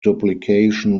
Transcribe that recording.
duplication